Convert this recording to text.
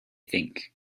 think